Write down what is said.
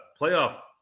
playoff